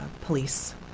police